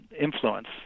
influence